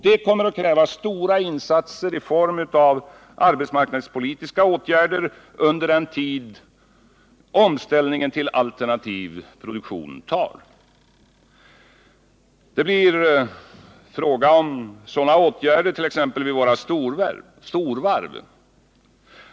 Det kommer att kräva stora insatser i form av arbetsmarknadspolitiska åtgärder under den tid som omställningen till alternativ produktion tar. Det blir fråga om sådana åtgärder t.ex. vid våra storvarv.